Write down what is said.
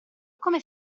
come